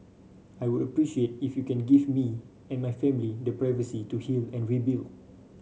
I would appreciate if you can give me and my family the privacy to heal and rebuild